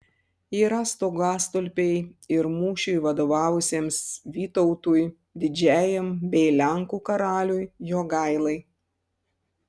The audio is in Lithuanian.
yra stogastulpiai ir mūšiui vadovavusiems vytautui didžiajam bei lenkų karaliui jogailai